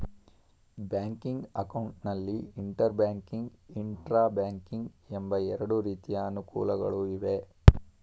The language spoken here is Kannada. ಬ್ಯಾಂಕಿಂಗ್ ಅಕೌಂಟ್ ನಲ್ಲಿ ಇಂಟರ್ ಬ್ಯಾಂಕಿಂಗ್, ಇಂಟ್ರಾ ಬ್ಯಾಂಕಿಂಗ್ ಎಂಬ ಎರಡು ರೀತಿಯ ಅನುಕೂಲಗಳು ಇವೆ